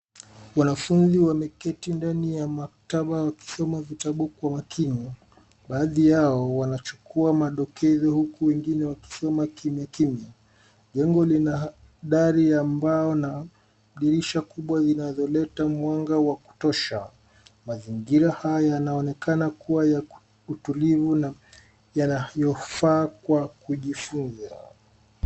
Wanafunzi wameketi ndani ya maktaba wakisoma vitabu kwa makini. Baadhi yao wanachukua madokezo huku wengine wakisoma kimya kimya. Jengo lina dari ambao na dirisha kubwa zinazoleta mwanga wa kutosha. Mazingira haya yanaonekana kuwa ya utulivu na yanayofaa kwa kujifunza.